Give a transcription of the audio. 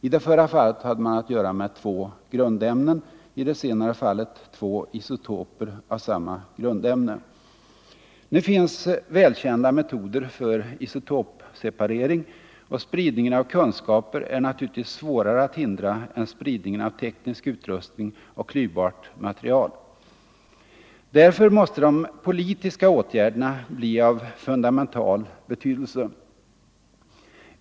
I det förra fallet har man att göra med två grundämnen, i det senare fallet två isotoper av samma grundämne. Nu finns välkända metoder för isotopseparering, och spridningen av kunskaper är naturligtvis svårare att hindra än spridningen av teknisk utrustning och klyvbart material. Därför måste de politiska åtgärderna bli av fundamental betydelse.